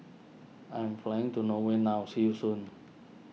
I am flying to Norway now see you soon